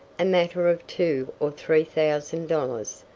a matter of two or three thousand dollars,